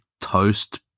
toast